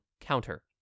counter